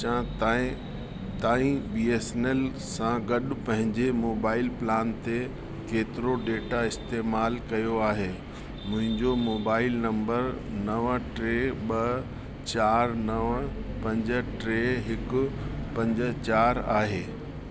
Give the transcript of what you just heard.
अचां ताएं ताईं बीएसनैल सां गॾु पंहिंजे मोबाइल प्लान ते केतिरो डेटा इस्तेमाल कयो आहे मुंहिंजो मोबाइल नम्बर नव टे ॿ चारि नव पंज टे हिकु पंज चारि आहे